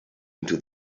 into